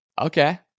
Okay